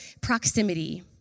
proximity